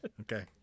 Okay